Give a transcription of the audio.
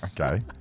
Okay